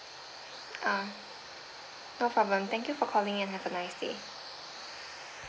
ah no problem thank you for calling and have a nice day